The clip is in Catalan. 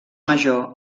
major